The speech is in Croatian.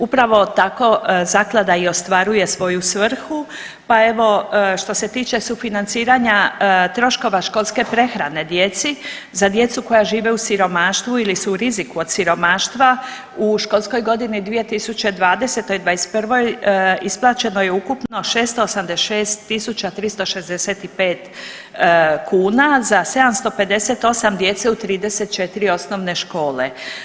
Upravo tako zaklada i ostvaruje svoju svrhu, pa evo što se tiče sufinanciranja troškova školske prehrane djeci za djecu koja žive u siromaštvu ili su u riziku od siromaštva u školskoj godini 2020/'21 isplaćeno je ukupno 686.365 kuna za 758 djece u 34 osnovne škole.